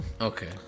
Okay